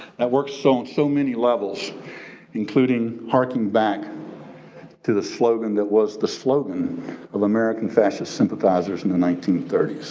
that works on so so many levels including harking back to the slogan that was the slogan of american fascist sympathizers in the nineteen thirty s.